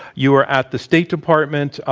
you were at the state department.